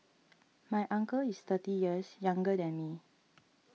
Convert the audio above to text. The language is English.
my uncle is thirty years younger than me